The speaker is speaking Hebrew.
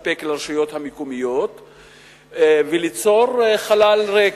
מספק לרשויות המקומיות וליצור חלל ריק,